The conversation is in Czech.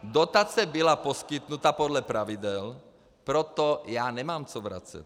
Dotace byla poskytnuta podle pravidel, proto já nemám co vracet.